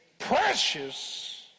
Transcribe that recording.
precious